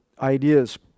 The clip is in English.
ideas